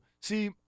see